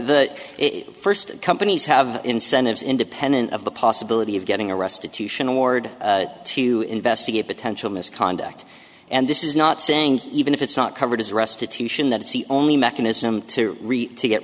the first companies have incentives independent of the possibility of getting a restitution award to investigate potential misconduct and this is not saying even if it's not covered as restitution that is the only mechanism to